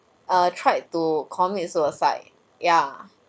uh tried to commit suicide yeah